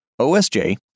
OSJ